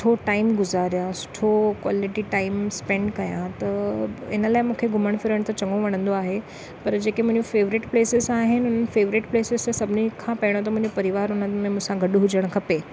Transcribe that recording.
सुठो टाइम गुज़ारिया सुठो क्वालीटी टाइम स्पेंड कयां त इन लाइ मूंखे घुमणु फिरणु त चङो वणंदो आहे पर जेकी मुंहिंजी फेवरेट प्लेसिस आहिनि उन फेवरेट प्लेसिस सां सभिनी खां पहिरों त मुंहिंजो परिवार उन्हनि में मूंसां गॾु हुजणु खपे